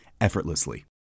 effortlessly